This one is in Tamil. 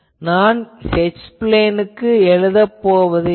நான் H பிளேனுக்கு எழுதப் போவதில்லை